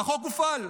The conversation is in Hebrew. והחוק הופל.